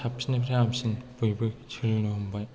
साबसिननिफ्राय हामसिन बयबो सोलोंनो हमबाय